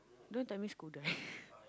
don't tell me Skudai